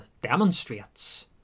demonstrates